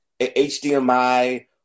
HDMI